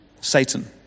Satan